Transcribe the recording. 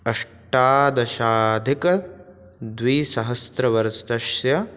अष्टादशाधिकद्विसहस्रवर्षस्य